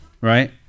Right